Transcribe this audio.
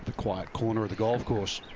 the quiet corner of the golf course.